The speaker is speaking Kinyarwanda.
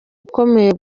ukomeye